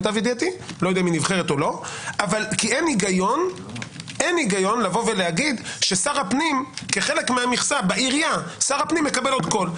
כי אין היגיון להגיד ששר הפנים כחלק מהמכסה בעירייה מקבל עוד קול.